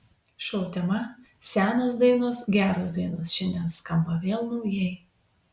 šou tema senos dainos geros dainos šiandien skamba vėl naujai